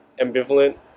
ambivalent